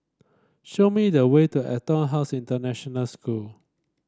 show me the way to EtonHouse International School